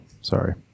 Sorry